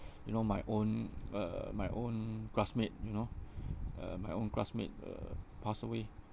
you know my own uh my own classmate you know uh my own classmate uh pass away